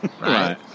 right